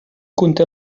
conté